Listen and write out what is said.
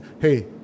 hey